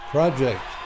Project